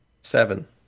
Seven